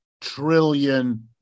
trillion